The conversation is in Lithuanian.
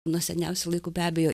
nuo seniausių laikų be abejo